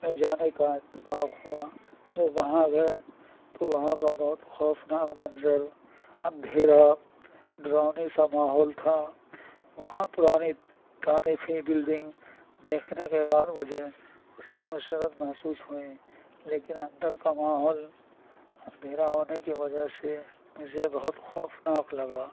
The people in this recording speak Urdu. میں جانے کا اتفاق ہوا جب وہاں گئے تو وہاں كا بہت خوفناک منظر اندھیرا ڈراؤنے سا ماحول تھا وہاں پرانی تاریخی بلڈنگ دیکھنے کے بعد مجھے خوشی مسرت محسوس ہوئی لیکن اندر کا ماحول اندھیرا ہونے کی وجہ سے مجھے بہت خوفناک لگا